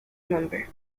number